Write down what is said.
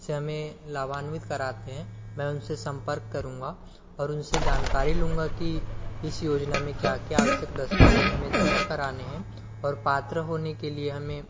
से हमें लाह्वान्वित कराते हैं मैं उनसे सम्पर्क करूँगा और उन से जानकारी लूँगा कि इस योजना में क्या क्या आवश्यक दस्तावेज़ हमें जमा कराने हैं और पात्र होने के लिए हमें